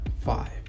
five